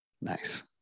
Nice